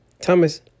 Thomas